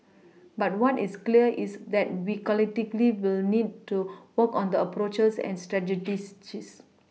but what is clear is that we collectively will need to work on the approaches and